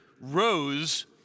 rose